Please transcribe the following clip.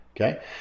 Okay